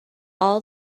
all